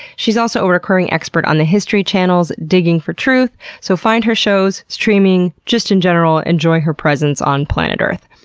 she's also a recurring expert on the history channel's digging for truth. so, find her shows streaming. just, in general, enjoy her presence on planet earth.